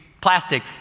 plastic